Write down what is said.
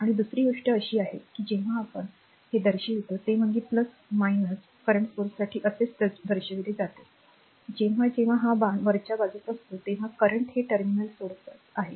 आणि दुसरी गोष्ट अशी आहे की जेव्हा जेव्हा आपण हे दर्शवितो ते म्हणजे current स्त्रोतासाठी असेच दर्शविले जाते जेव्हा जेव्हा हा बाण वरच्या बाजूस असतो तेव्हा करंट हे टर्मिनल सोडत आहे